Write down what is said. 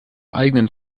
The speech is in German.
eigenen